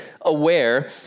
aware